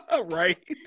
Right